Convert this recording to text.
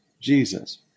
Jesus